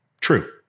true